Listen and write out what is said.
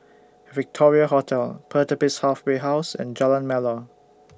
Victoria Hotel Pertapis Halfway House and Jalan Melor